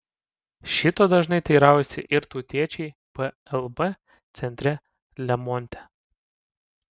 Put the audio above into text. šito dažnai teiraujasi ir tautiečiai plb centre lemonte